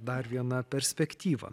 dar vieną perspektyvą